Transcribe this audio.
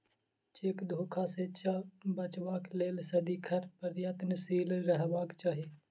cheque धोखा सॅ बचबाक लेल सदिखन प्रयत्नशील रहबाक चाही